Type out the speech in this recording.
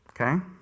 Okay